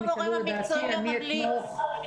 אתם הגורם המקצועי הממליץ.